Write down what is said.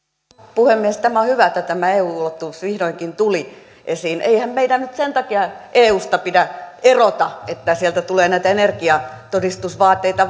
puhemies on hyvä että tämä eu ulottuvuus vihdoinkin tuli esiin eihän meidän nyt sen takia eusta pidä erota että sieltä tulee näitä energiatodistusvaateita